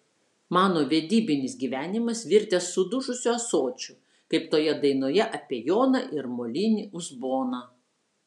mano vedybinis gyvenimas virtęs sudužusiu ąsočiu kaip toje dainoje apie joną ir molinį uzboną